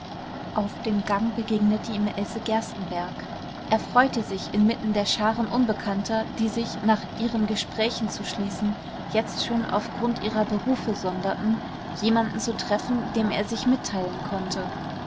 auf dem gang begegnete ihm else gerstenbergk er freute sich inmitten der scharen unbekannter die sich nach ihren gesprächen zu schließen jetzt schon auf grund ihrer berufe sonderten jemanden zu treffen dem er sich mitteilen konnte